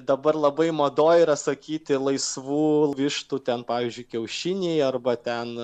dabar labai madoj yra sakyti laisvų vištų ten pavyzdžiui kiaušiniai arba ten